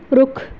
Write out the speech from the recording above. ਰੁੱਖ